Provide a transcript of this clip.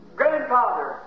grandfather